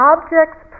Objects